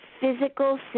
physical